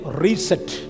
reset